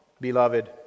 beloved